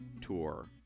tour